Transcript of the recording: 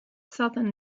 southern